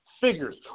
Figures